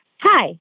Hi